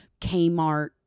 Kmart